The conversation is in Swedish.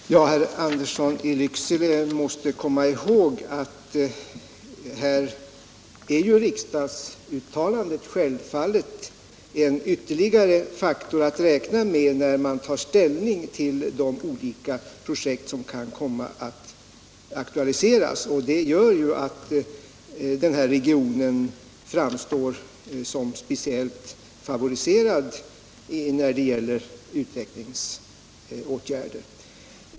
Herr talman! Herr Andersson i Lycksele måste komma ihåg att här är riksdagsuttalandet självfallet en ytterligare faktor att räkna med när man tar ställning till de olika projekt som kan komma att aktualiseras, och det gör ju att denna region framstår som speciellt favoriserad då det gäller utvecklingsåtgärder.